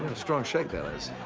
strong shake there, les.